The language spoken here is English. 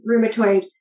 rheumatoid